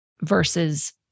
versus